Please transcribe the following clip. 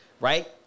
right